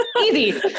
easy